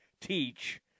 teach